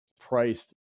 priced